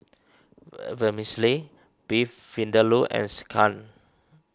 Vermicelli Beef Vindaloo and Sekihan